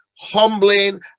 humbling